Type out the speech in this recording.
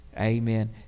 Amen